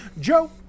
Joe